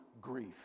grief